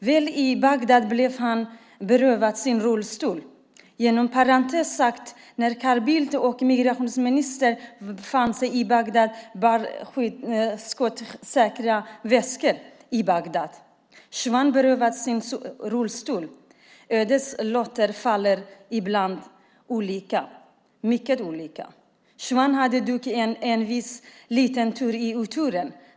Väl i Bagdad blev han berövad sin rullstol. Inom parentes sagt: När Carl Bildt och migrationsministern befann sig i Bagdad och bar skottsäkra västar berövades Shwan sin rullstol. Ödets lotter faller ibland mycket olika. Shwan hade lite tur i oturen.